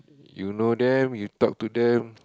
you know them you talk to them